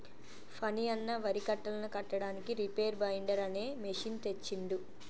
ఫణి అన్న వరి కట్టలను కట్టడానికి రీపేర్ బైండర్ అనే మెషిన్ తెచ్చిండు